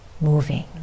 moving